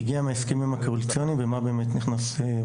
הגיע מההסכמים הקואליציוניים ומה באמת נכנס,